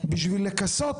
בשביל לכסות